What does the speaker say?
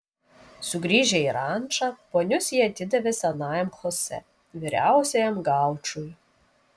sugrįžę į rančą ponius jie atidavė senajam chosė vyriausiajam gaučui